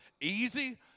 easy